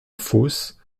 fosse